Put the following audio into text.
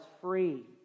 free